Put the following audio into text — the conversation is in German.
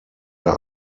der